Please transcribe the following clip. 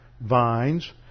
Vines